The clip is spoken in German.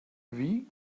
wie